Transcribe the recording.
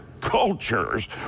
cultures